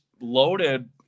loaded